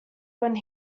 when